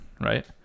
right